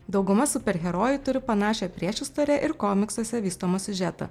dauguma superherojų turi panašią priešistorę ir komiksuose vystomą siužetą